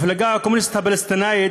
העמדה של המפלגה הקומוניסטית הפלשתינאית,